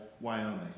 Wyoming